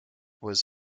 was